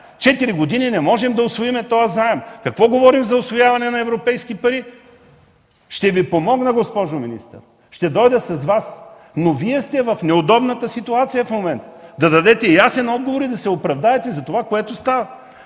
Четири години не можем да усвоим този заем. Какво да говорим за усвояване на европейски пари? Ще Ви помогна, госпожо министър. Ще дойда с Вас, но Вие сте в неудобната ситуация в момента да дадете ясен отговор и да се оправдаете за това, което става.